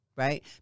right